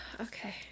okay